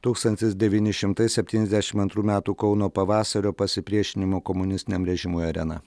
tūkstantis devyni šimtai septyniasdešimt antrų metų kauno pavasario pasipriešinimo komunistiniam režimui arena